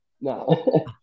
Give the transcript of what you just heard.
No